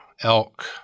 elk